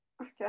Okay